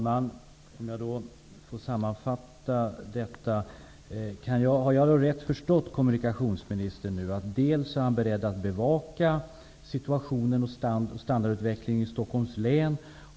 Herr talman! Har jag rätt förstått kommunikationsministern att han är beredd att bevaka situationen och standardutvecklingen i Stockholms län?